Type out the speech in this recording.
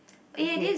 okay